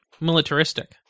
militaristic